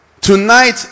Tonight